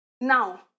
Now